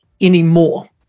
anymore